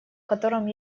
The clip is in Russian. котором